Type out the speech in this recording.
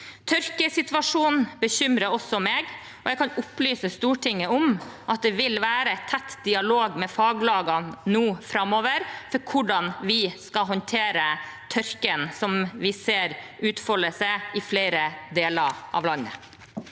Tørkesituasjonen bekymrer også meg, og jeg kan opplyse Stortinget om at det nå framover vil være tett dialog med faglagene om hvordan vi skal håndtere tørken som vi ser utfolde seg i flere deler av landet.